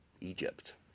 Egypt